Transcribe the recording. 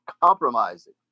compromising